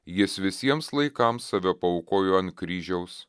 jis visiems laikams save paaukojo ant kryžiaus